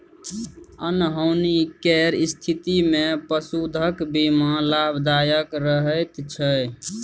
अनहोनी केर स्थितिमे पशुधनक बीमा लाभदायक रहैत छै